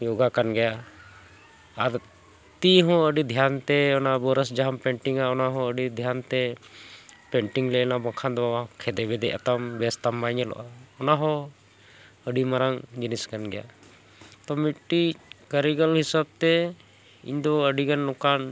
ᱡᱳᱜᱟ ᱠᱟᱱ ᱜᱮᱭᱟ ᱟᱨ ᱛᱤ ᱦᱚᱸ ᱟᱹᱰᱤ ᱫᱷᱮᱭᱟᱱ ᱛᱮ ᱚᱱᱟ ᱵᱨᱟᱥ ᱡᱟᱦᱟᱸᱢ ᱯᱮᱱᱴᱤᱝᱟ ᱚᱱᱟ ᱦᱚᱸ ᱟᱹᱰᱤ ᱫᱷᱟᱱᱛᱮ ᱯᱮᱱᱴᱤᱝ ᱞᱮ ᱮᱱᱟ ᱵᱟᱝᱠᱷᱟᱱ ᱫᱚ ᱠᱷᱮᱸᱫᱮ ᱵᱮᱫᱮ ᱟᱛᱟᱢ ᱵᱮᱥ ᱛᱟᱢ ᱵᱟᱭ ᱧᱮᱞᱚᱜᱼᱟ ᱚᱱᱟ ᱦᱚᱸ ᱟᱹᱰᱤ ᱢᱟᱨᱟᱝ ᱡᱤᱱᱤᱥ ᱠᱟᱱ ᱜᱮᱭᱟ ᱛᱚ ᱢᱤᱫᱴᱤᱡ ᱠᱟᱹᱨᱤᱜᱚᱞ ᱦᱤᱥᱟᱹᱵ ᱛᱮ ᱤᱧ ᱫᱚ ᱟᱹᱰᱤ ᱜᱟᱱ ᱱᱚᱝᱠᱟᱱ